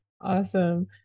Awesome